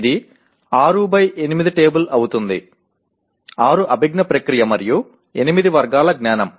ఇది 6 by 8 table అవుతుంది 6 అభిజ్ఞా ప్రక్రియ మరియు 8 వర్గాల జ్ఞానం